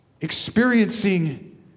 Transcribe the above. experiencing